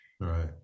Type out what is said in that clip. Right